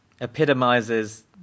epitomizes